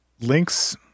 links